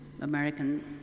American